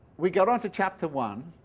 we got onto chapter one,